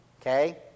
Okay